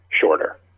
shorter